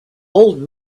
old